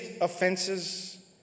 offenses